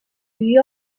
lui